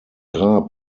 grab